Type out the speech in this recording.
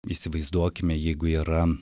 įsivaizduokime jeigu yra